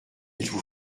vous